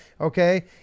okay